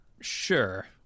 Sure